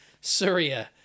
Syria